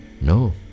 No